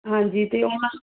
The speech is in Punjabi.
ਹਾਂਜੀ ਅਤੇ ਆਉਣਾ